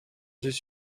did